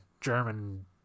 german